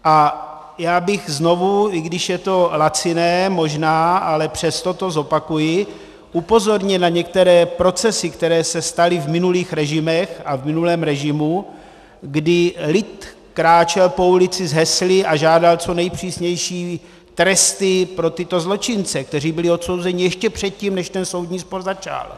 A já bych znovu, i když je to laciné možná, ale přesto to zopakuji, upozornil na některé procesy, které se staly v minulých režimech a v minulém režimu, kdy lid kráčel po ulici s hesly a žádal co nejpřísnější tresty pro tyto zločince, kteří byli odsouzeni ještě předtím, než ten soudní spor začal.